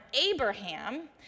Abraham